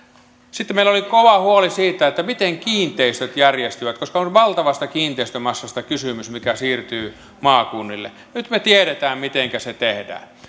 sitten meillä oli kova huoli siitä miten kiinteistöt järjestyvät koska on kysymys valtavasta kiinteistömassasta mikä siirtyy maakunnille nyt me tiedämme mitenkä se tehdään